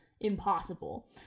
Impossible